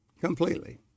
completely